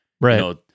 right